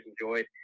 enjoyed